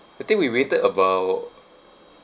I think we waited about